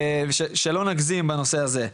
שלא נגזים בנושא הזה.